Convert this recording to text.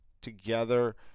together